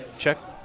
check.